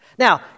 Now